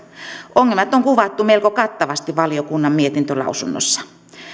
ongelmat on kuvattu melko kattavasti valiokunnan mietintölausunnossa